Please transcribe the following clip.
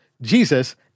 Jesus